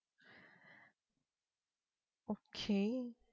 okay